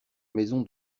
maison